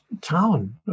town